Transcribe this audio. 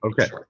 Okay